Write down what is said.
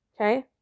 Okay